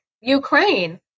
Ukraine